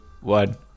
one